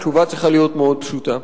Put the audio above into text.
התשובה צריכה להיות מאוד פשוטה: